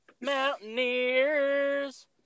Mountaineers